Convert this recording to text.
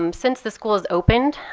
um since the school has opened,